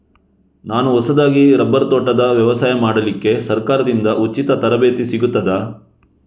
ನಾನು ಹೊಸದಾಗಿ ರಬ್ಬರ್ ತೋಟದ ವ್ಯವಸಾಯ ಮಾಡಲಿಕ್ಕೆ ಸರಕಾರದಿಂದ ಉಚಿತ ತರಬೇತಿ ಸಿಗುತ್ತದಾ?